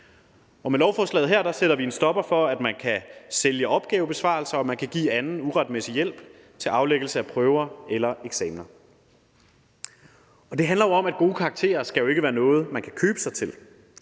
Med lovforslaget her sætter vi en stopper for, at man kan sælge opgavebesvarelser, og at man kan give anden uretmæssig hjælp til aflæggelse af prøver eller eksamener. Det handler jo om, at gode karakterer ikke skal være noget, man kan købe sig til,